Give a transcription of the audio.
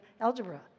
algebra